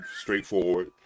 straightforward